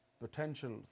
potential